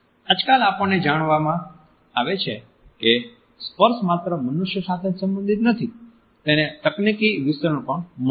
આજકાલ આપણને જાણમાં આવે કે સ્પર્શ માત્ર મનુષ્ય સાથે જ સંબંધિત નથી તેને તકનીકી વિસ્તરણ પણ મળ્યું છે